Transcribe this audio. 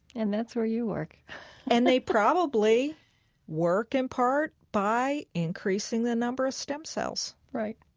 and that's where you work and they probably work in part by increasing the number of stem cells right